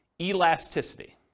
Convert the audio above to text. Elasticity